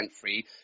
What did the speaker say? free